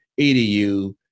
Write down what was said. EDU